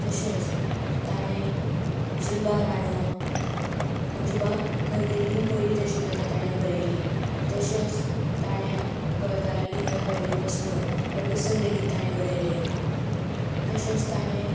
तशेंच तांणे झिलबा राणो म्हजी बा खंय गेली ही पयली ताजी कथा तांणे बरयली तशेंच तांणे गोंयकाराली गोंया भायली वसणूक हें पुस्तक लेगीत तांणे बरयलें तशेंच तांणे